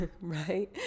right